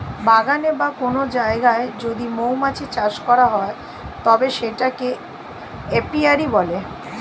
বাগানে বা কোন জায়গায় যদি মৌমাছি চাষ করা হয় তবে সেটাকে এপিয়ারী বলে